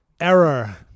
error